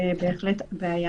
זה בעיה.